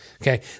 okay